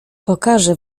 pokażę